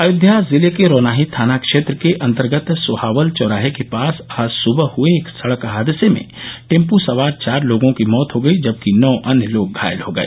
अयोध्या जिले के रौनाही थाना क्षेत्र के अंतर्गत सोहावल चौराहे के पास आज सुबह हए एक सड़क हादसे में टेंपो सवार चार लोगों की मौत हो गई जबकि नौ अन्य लोग घायल हो गए